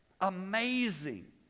Amazing